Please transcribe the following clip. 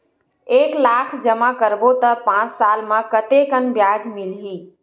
एक लाख जमा करबो त पांच साल म कतेकन ब्याज मिलही?